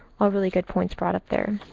a really good points brought up there.